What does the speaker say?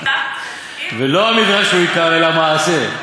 "ולא המדרש הוא עיקר אלא המעשה,